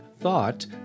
thought